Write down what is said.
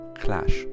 clash